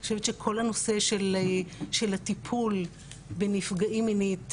אני חושבת שכל הנושא של טיפול בנפגעים מינית,